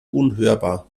unhörbar